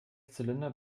zylinder